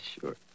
sure